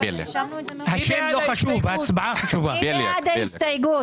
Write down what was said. מי בעד ההסתייגות?